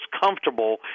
comfortable